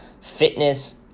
fitness